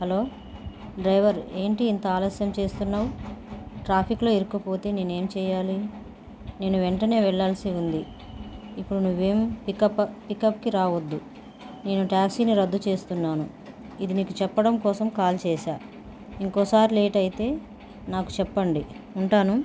hello driver ఏంటి ఇంత ఆలస్యం చేస్తున్నావ్ ట్రాఫిక్లో ఇరికపోతే నేనే ఏం చేయాలి నేను వెంటనే వెళ్ళాల్సి ఉంది ఇప్పుడు నువ్వేం పికప్ పికప్కి రావద్దు నేను ట్యాక్సీని రద్దు చేస్తున్నాను ఇది నీకు చెప్పడం కోసం కాల్ చేశాను ఇంకోసారి లేట్ అయితే నాకు చెప్పండి ఉంటాను